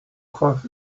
course